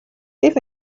give